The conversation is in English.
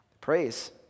Praise